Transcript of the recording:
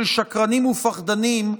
של שקרנים ופחדנים,